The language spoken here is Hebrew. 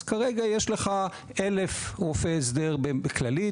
אז כרגע יש לך 1,000 רופאי הסדר בכללית,